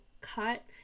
cut